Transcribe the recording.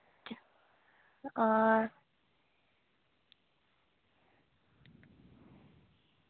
आं